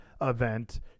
event